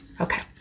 Okay